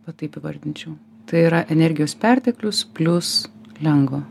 va taip įvardinčiau tai yra energijos perteklius plius lengva